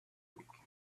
week